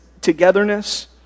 togetherness